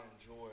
enjoy